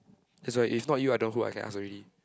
that's why if not you I don't know who I can ask already